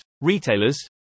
retailers